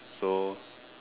so